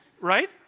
right